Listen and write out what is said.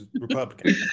Republican